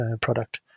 product